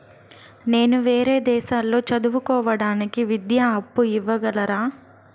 నేను వేరే దేశాల్లో చదువు కోవడానికి విద్యా అప్పు ఇవ్వగలరా?